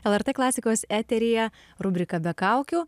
lrt klasikos eteryje rubrika be kaukių